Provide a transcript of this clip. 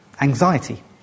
anxiety